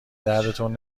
دردتون